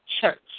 church